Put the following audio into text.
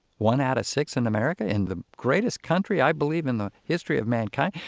one out of six in america, in the greatest country, i believe, in the history of mankind,